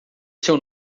seu